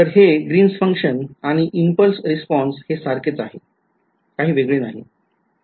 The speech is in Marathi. तर हे ग्रीनस फंक्शन आणि इम्पल्स रिस्पॉन्स हे सारखेच आहेत काही वेगळे नाही